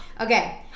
Okay